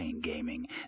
Gaming